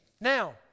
Now